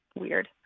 weird